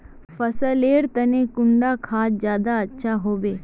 फसल लेर तने कुंडा खाद ज्यादा अच्छा हेवै?